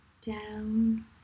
down